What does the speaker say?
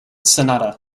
sonata